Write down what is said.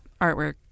artwork